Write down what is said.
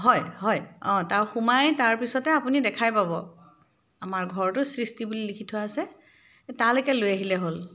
হয় হয় অ' তাৰ সোমাই তাৰপিছতে আপুনি দেখাই পাব আমাৰ ঘৰটো সৃষ্টি বুলি লিখি থোৱা আছে তালেকে লৈ আহিলে হ'ল